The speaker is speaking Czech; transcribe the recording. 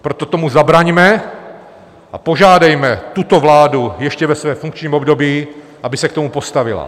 Proto tomu zabraňme a požádejme tuto vládu ještě ve svém funkčním období, aby se k tomu postavila.